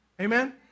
Amen